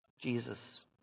Jesus